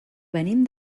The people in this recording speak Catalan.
venim